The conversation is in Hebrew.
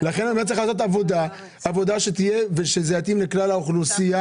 צריכה לעשות עבודה כדי שזה יתאים לכלל האוכלוסייה.